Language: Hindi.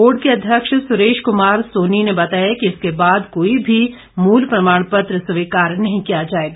बोर्ड के अध्यक्ष सुरेश कुमार सोनी ने बताया कि इसके बाद कोई भी मूल प्रमाण पत्र स्वीकार नहीं किया जाएगा